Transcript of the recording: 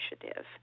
initiative